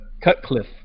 Cutcliffe